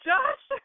Josh